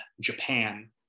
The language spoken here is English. Japan